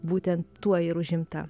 būtent tuo ir užimta